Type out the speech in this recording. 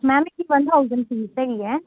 ma'am ਇਹਦੀ one thousand fees ਹੈਗੀ ਹੈ